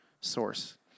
source